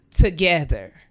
together